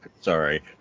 Sorry